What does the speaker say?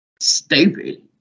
Stupid